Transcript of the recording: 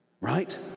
right